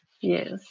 yes